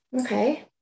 Okay